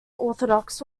orthodox